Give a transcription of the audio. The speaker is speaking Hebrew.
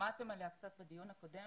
שמעתם עליה קצת בדיון הקודם.